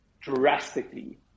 drastically